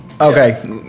Okay